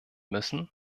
müssen